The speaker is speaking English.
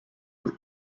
with